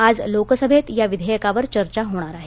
आज लोकसभेत या विधेयकावर चर्चा होणार आहे